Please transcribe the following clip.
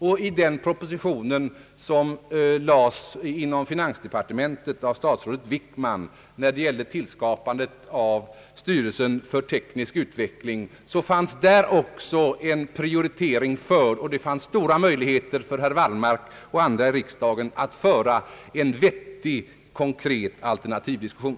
Också i den proposition som lades inom finansdepartementet av statsrådet Wickman, där det gällde tillskapandet av styrelsen för teknisk utveckling, angavs en prioritering, och det fanns stora möjligheter för herr Wallmark och andra i riksdagen att föra en vettig och konkret alternativdiskussion.